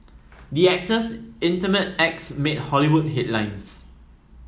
the actors' intimate acts made Hollywood headlines